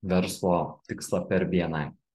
verslo tikslą per bni